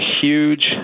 huge